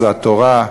זה התורה,